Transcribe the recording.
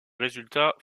résultats